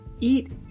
Eat